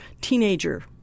teenager